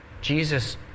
Jesus